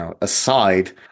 aside